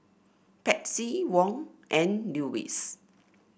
Patsy Wong and Lewis